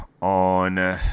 on